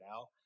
out